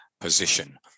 position